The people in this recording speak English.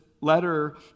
letter